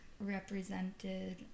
represented